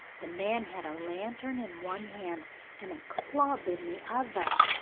the man had a lantern in one hand and a club in the other.